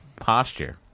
Posture